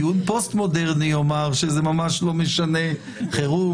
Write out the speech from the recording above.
טיעון פוסט מודרני יאמר שזה ממש לא משנה הטרמינולוגיה.